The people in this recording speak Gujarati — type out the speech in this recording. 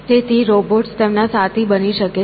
તેથી રોબોટ્સ તેમના સાથી બની શકે છે